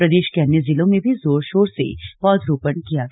प्रदेश के अन्य जिलों में भी जोरशोर से पौधरोपण किया गया